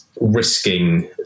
risking